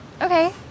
okay